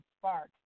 Spark